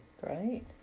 Great